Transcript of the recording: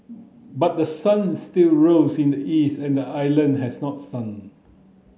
but the sun still rose in the east and island has not sunk